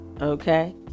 Okay